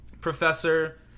Professor